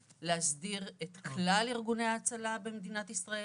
את כלל ארגוני ההצלה במדינת ישראל,